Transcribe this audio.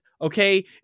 Okay